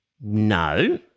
no